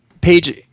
page